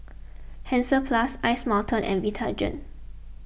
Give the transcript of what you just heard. Hansaplast Ice Mountain and Vitagen